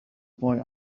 boy